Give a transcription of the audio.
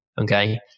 okay